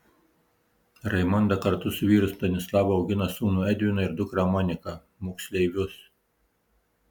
raimonda kartu su vyru stanislavu augina sūnų edviną ir dukrą moniką moksleivius